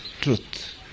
truth